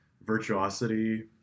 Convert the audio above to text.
virtuosity